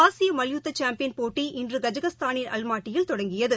ஆசியமல்யுத்தப் சாம்பியன் போட்டி இன்றுகஜகஸ்தானின் அல்மாட்டியில் தொடங்கியது